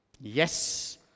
Yes